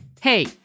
Hey